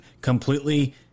completely